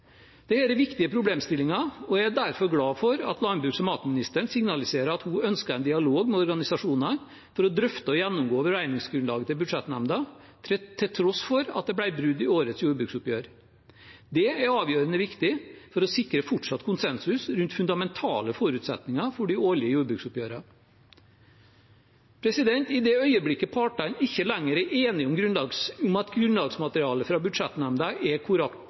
er viktige problemstillinger, og jeg er derfor glad for at landbruks- og matministeren signaliserer at hun ønsker en dialog med organisasjonene for å drøfte og gjennomgå beregningsgrunnlaget til budsjettnemnda, til tross for at det ble brudd i årets jordbruksoppgjør. Det er avgjørende viktig for å sikre fortsatt konsensus rundt fundamentale forutsetninger for det årlige jordbruksoppgjøret. I det øyeblikket partene ikke lenger er enige om at grunnlagsmaterialet fra budsjettnemnda er korrekt